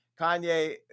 Kanye